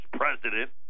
president